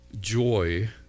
Joy